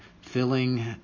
filling